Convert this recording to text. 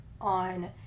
on